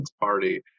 party